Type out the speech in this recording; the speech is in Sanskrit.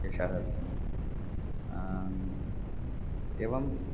एषः अस्ति एवम्